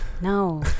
No